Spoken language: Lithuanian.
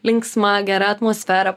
linksma gera atmosfera